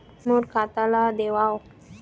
मोर खाता ला देवाव?